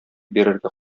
бирергә